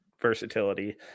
versatility